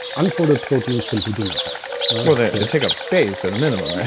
unfolded proteins simply do nothing well, they take up space at a minimum, right?